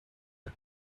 the